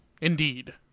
Indeed